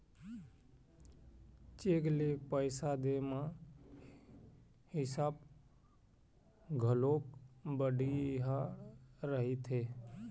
cheque ले पइसा दे म हिसाब घलोक बड़िहा रहिथे